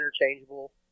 interchangeable